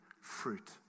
fruit